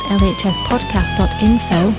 lhspodcast.info